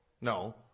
No